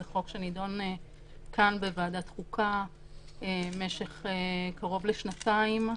זה חוק שנידון כאן בוועדת חוקה במשך קרוב לשנתיים.